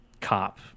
cop